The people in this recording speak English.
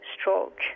stroke